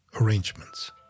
arrangements